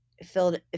filled